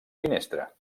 finestra